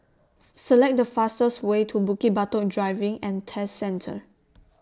Select The fastest Way to Bukit Batok Driving and Test Centre